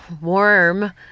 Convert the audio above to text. warm